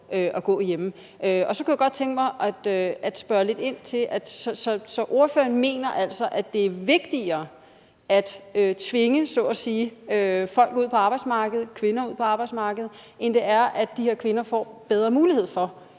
gå hjemme. Så kunne jeg godt tænke mig at spørge lidt ind til, at ordføreren altså mener, at det er vigtigere så at sige at tvinge folk ud på arbejdsmarkedet – kvinder ud på arbejdsmarkedet – end det er, at de her kvinder får bedre mulighed for